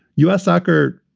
u s. soccer.